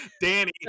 Danny